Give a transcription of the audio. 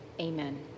Amen